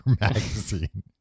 magazine